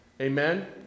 Amen